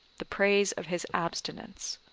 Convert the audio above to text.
the praise of his abstinence.